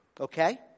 Okay